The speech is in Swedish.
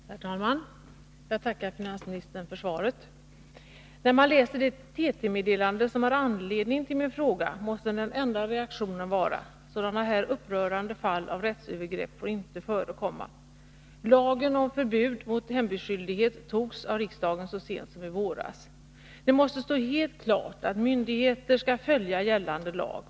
Herr talman! Jag tackar finansministern för svaret. När man läser det TT-meddelande som var anledningen till min fråga måste den enda reaktionen vara: sådana här upprörande fall av rättsövergrepp får inte förekomma. Lagen om förbud mot hembudsskyldighet antogs av riksdagen så sent som i våras. Det måste stå helt klart att myndigheter skall följa gällande lag.